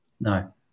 no